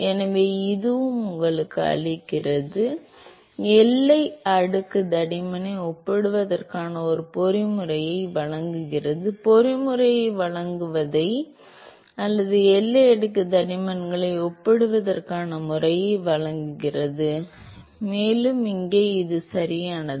எனவே இதுவும் உங்களுக்கு அளிக்கிறது எல்லை அடுக்கு தடிமனை ஒப்பிடுவதற்கான ஒரு பொறிமுறையை வழங்குகிறது பொறிமுறையை வழங்குவதை வழங்குகிறது அல்லது எல்லை அடுக்கு தடிமன்களை ஒப்பிடுவதற்கான முறையை வழங்குகிறது மேலும் இங்கே சரியானது